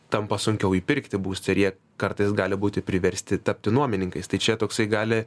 tampa sunkiau įpirkti būstą ir jie kartais gali būti priversti tapti nuomininkais tai čia toksai gali